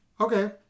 Okay